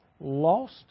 lost